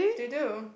they do